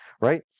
right